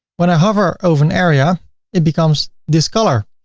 when i hover over an area it becomes this color.